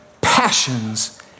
passions